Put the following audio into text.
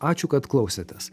ačiū kad klausėtės